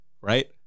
right